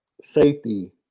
safety